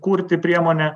kurti priemonę